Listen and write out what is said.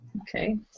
Okay